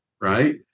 right